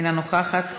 אינה נוכחת,